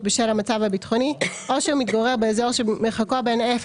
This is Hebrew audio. בשל המצב הביטחוני" או שהוא מתגורר באזור שמרחקו בין 0